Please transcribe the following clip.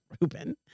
Ruben